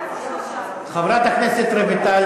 חברת הכנסת רויטל